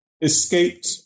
escaped